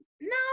No